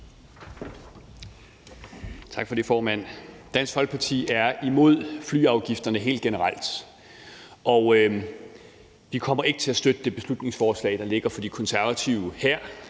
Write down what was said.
Tak for det, formand. Dansk Folkeparti er imod flyafgifterne helt generelt, og vi kommer ikke til at støtte det beslutningsforslag, der ligger fra De Konservative her.